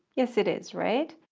yes, it is, right?